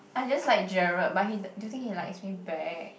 I just like jerard but he do you think he likes me back